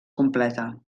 completa